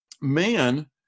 man